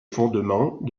fondement